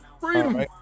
Freedom